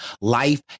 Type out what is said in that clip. life